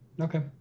Okay